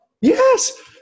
Yes